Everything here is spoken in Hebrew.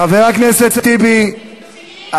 מהלל שהידים ורוצחים.